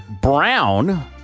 Brown